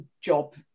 job